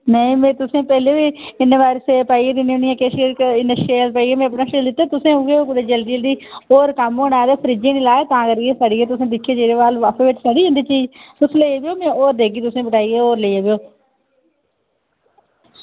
नेईं में तुसें पैह्ले बी इन्ने बारी सेब पाइयै दिन्ने होन्नी आं किश इन्ने शैल पाइयै में अपने शा दित्ता तुसें उ'ऐ कुतै जल्दी जल्दी होर कम्म होना ते फ्रिजै निं लाए ते तां करियै सड़ी गे तुसें दिक्खे चिरें बाद लफाफे बिच सड़ी जंदी चीज तुस लेई देओ में होर देगी तुसें बटाइयै होर लेई जाएओ